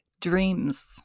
dreams